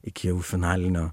iki jau finalinio